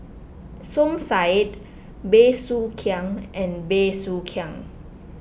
Som Said Bey Soo Khiang and Bey Soo Khiang